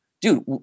dude